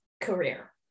career